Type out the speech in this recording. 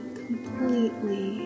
completely